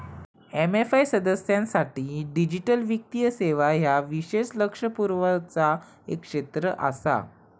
AFI सदस्यांसाठी digital वित्तीय सेवा ह्या विशेष लक्ष पुरवचा एक क्षेत्र आसा